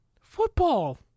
Football